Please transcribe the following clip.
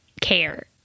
care